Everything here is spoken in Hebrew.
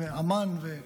ועמאן.